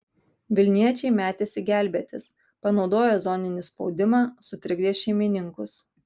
vilniečiai metėsi gelbėtis panaudoję zoninį spaudimą sutrikdė šeimininkus